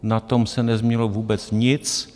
Na tom se nezměnilo vůbec nic.